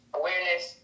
awareness